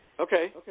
Okay